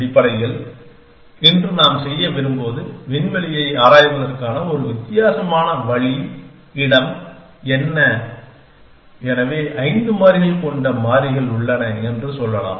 அடிப்படையில் இன்று நாம் செய்ய விரும்புவது விண்வெளியை ஆராய்வதற்கான ஒரு வித்தியாசமான வழி இடம் என்ன எனவே ஐந்து மாறிகள் கொண்ட மாறிகள் உள்ளன என்று சொல்லலாம்